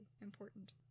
important